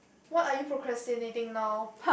what are you procrastinating now